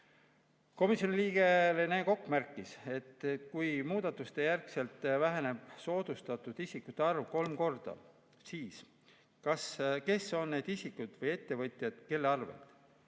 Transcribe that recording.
Komisjoni liige Rene Kokk küsis, et kui muudatuste järgselt väheneb soodustatud isikute arv kolm korda, siis kes on need isikud või ettevõtjad, kes [enam seda